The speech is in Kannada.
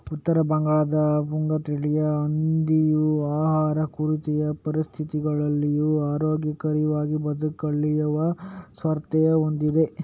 ಉತ್ತರ ಬಂಗಾಳದ ಘುಂಗ್ರು ತಳಿಯ ಹಂದಿಯು ಆಹಾರ ಕೊರತೆಯ ಪರಿಸ್ಥಿತಿಗಳಲ್ಲಿಯೂ ಆರೋಗ್ಯಕರವಾಗಿ ಬದುಕುಳಿಯುವ ಸಾಮರ್ಥ್ಯ ಹೊಂದಿದೆ